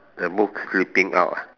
the book slipping out ah